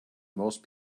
most